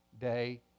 day